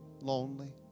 lonely